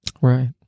Right